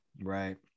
Right